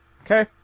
Okay